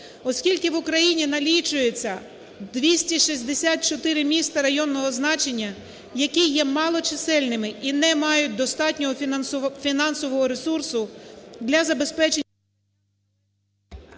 Оскільки в Україні налічується 264 міста районного значення, які є малочисельними і не мають достатнього фінансового ресурсу для забезпечення…